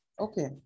okay